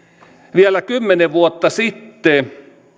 vielä kymmenen vuotta sitten